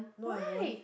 no I won't